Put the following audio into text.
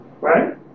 Right